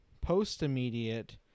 post-immediate